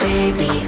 Baby